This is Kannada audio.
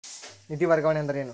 ನಿಧಿ ವರ್ಗಾವಣೆ ಅಂದರೆ ಏನು?